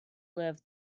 live